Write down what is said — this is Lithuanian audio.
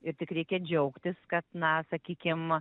ir tik reikia džiaugtis kad na sakykim